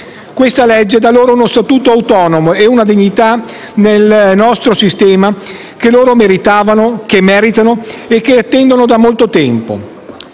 Questa legge dà loro uno statuto autonomo e una dignità nel nostro sistema che essi meritavano, che meritano, e che attendono da troppo tempo.